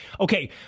Okay